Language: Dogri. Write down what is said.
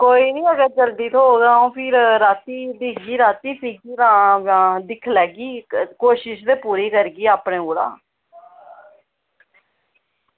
आं कोई निं रातीं थ्होग ते रातीं दिक्खगी रातीं सीह्गी एह् राम राम दिक्खी लैगी ते कोशिश ते पूरी करगी अपने कोला